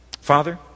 Father